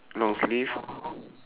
long sleeve